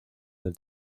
del